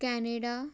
Canada